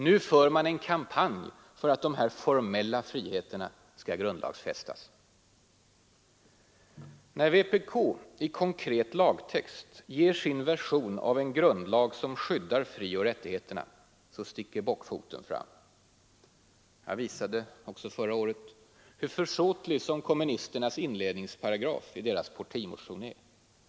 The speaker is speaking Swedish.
Nu för man en kampanj för att dessa formella friheter skall grundlagsfästas! När vpk i konkret lagtext ger sin version av en grundlag som skyddar frioch rättigheter så sticker bockfoten fram. Jag visade också förra året hur försåtlig kommunisternas inledningsparagraf i deras partimotion är.